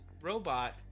robot